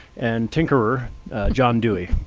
and tinkerer john dewey.